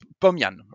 Pomian